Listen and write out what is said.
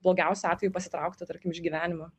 blogiausiu atveju pasitraukti tarkim iš gyvenimo